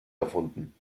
erfunden